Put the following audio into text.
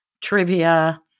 trivia